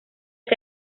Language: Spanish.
que